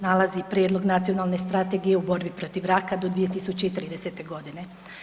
nalazi Prijedlog nacionalne strategije u borbi protiv raka do 2030. godine.